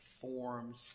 forms